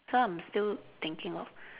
so I'm still thinking of